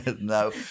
No